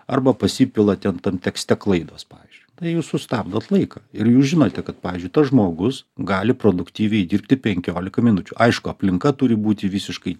arba pasipila ten tam tekste klaidos pavyzdžiui tai jūs sustabdot laiką ir jūs žinote kad pavyzdžiui tas žmogus gali produktyviai dirbti penkiolika minučių aišku aplinka turi būti visiškai